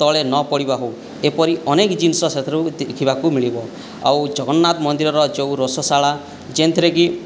ତଳେ ନପଡ଼ିବା ହେଉ ଏପରି ଅନେକ ଜିନିଷ ସେଥିରୁ ଦେଖିବାକୁ ମିଳିବ ଆଉ ଜଗନ୍ନାଥ ମନ୍ଦିରର ଯେଉଁ ରୋଷଶାଳା ଯେଉଁଥିରେକି